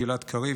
גלעד קריב,